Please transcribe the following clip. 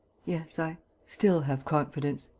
yes, i still have confidence,